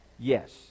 Yes